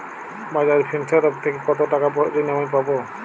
বাজাজ ফিন্সেরভ থেকে কতো টাকা ঋণ আমি পাবো?